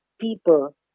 people